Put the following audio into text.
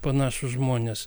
panašūs žmonės